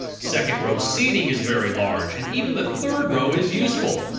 second row seating is very large and even the third row is useful.